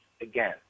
again